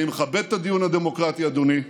אני מכבד את הדיון הדמוקרטי, אדוני,